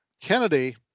Kennedy